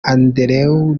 andrew